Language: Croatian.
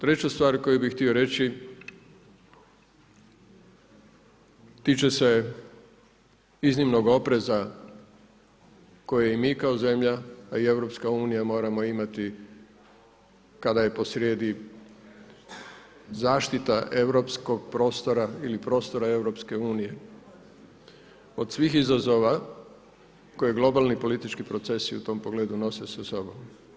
Treća stvar koju bi htio reći tiče se iznimnog opreza koje mi kao zemlja, a i EU moramo imati kada je posrijedi zaštita europskog prostora ili prostora EU od svih izazova koje globalni politički procesi u tom pogledu nose sa sobom.